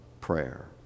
prayer